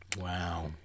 Wow